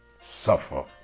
Suffer